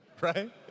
right